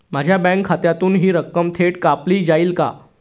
माझ्या बँक खात्यातून हि रक्कम थेट कापली जाईल का?